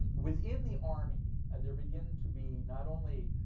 and within the army and there begins to be not only